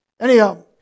Anyhow